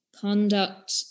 conduct